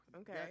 okay